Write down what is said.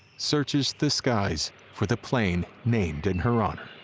searches the skies for the plane named in her honor.